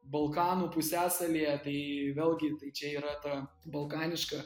balkanų pusiasalyje tai vėlgi tai čia yra ta balkaniška